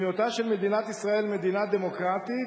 היותה של מדינת ישראל מדינה דמוקרטית,